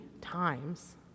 times